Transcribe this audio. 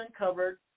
uncovered